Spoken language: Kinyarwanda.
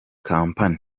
company